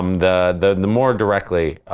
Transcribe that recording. um the the more directly,